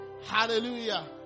Hallelujah